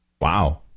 Wow